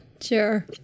Sure